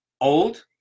Old